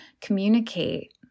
communicate